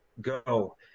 go